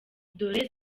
dore